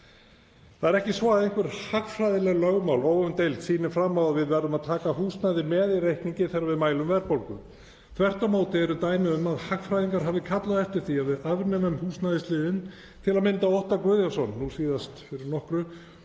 Það er ekki svo að einhver hagfræðileg lögmál óumdeild sýni fram á að við verðum að taka húsnæði með í reikninginn þegar við mælum verðbólgu. Þvert á móti eru dæmi um að hagfræðingar hafi kallað eftir því að við afnemum húsnæðisliðinn, til að mynda Óttar Guðjónsson nú síðast fyrir nokkru,